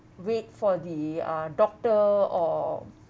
wait for the uh doctor or